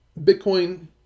bitcoin